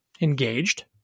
engaged